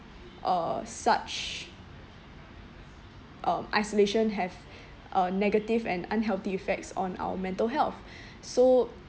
uh such um isolation have uh negative and unhealthy effects on our mental health so